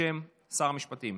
בשם שר המשפטים.